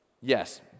yes